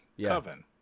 Coven